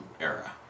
era